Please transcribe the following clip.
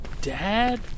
dad